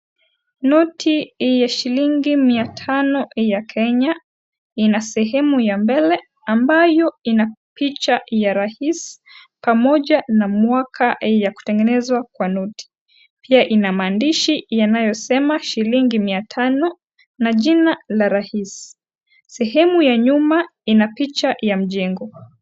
Noti ya shillingi mia tano ya Kenya, ina sehemu ya mbele, ambayo ina picha ya rais, pamoja na mwaka ya kutengenezwa kwa noti. Pia ina maandishi inayosema, shilingi mia tano, na jina la rais. Sehemu ya nyuma ina picha ya mjengo.